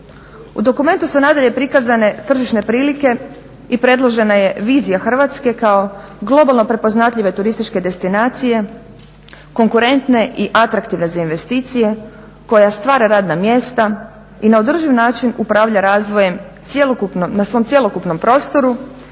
U dokumentu su nadalje prikazane tržišne prilike i predložena je vizija Hrvatske kao globalno prepoznatljive turističke destinacije, konkurentne i atraktivne za investicije koja stvara radna mjesta i na održiv način upravlja razvojem na svom cjelokupnom prostoru,